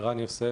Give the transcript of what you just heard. אני ערן יוסף,